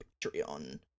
Patreon